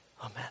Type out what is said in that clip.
Amen